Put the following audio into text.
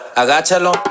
agáchalo